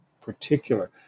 particular